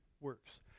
works